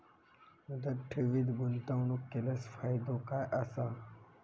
मुदत ठेवीत गुंतवणूक केल्यास फायदो काय आसा?